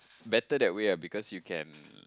better that way ah because you can